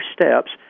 steps